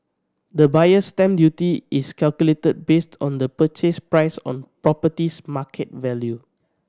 the Buyer's Stamp Duty is calculated based on the purchase price or property's market value